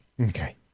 Okay